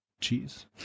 cheese